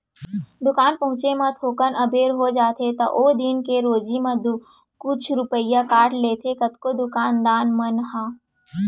दुकान पहुँचे म थोकन अबेर हो जाथे त ओ दिन के रोजी म कुछ रूपिया काट लेथें कतको दुकान दान मन ह